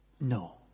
no